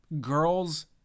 girls